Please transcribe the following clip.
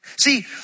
See